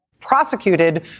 prosecuted